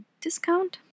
discount